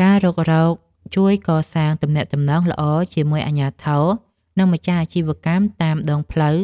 ការរុករកជួយកសាងទំនាក់ទំនងល្អជាមួយអាជ្ញាធរ និងម្ចាស់អាជីវកម្មតាមដងផ្លូវ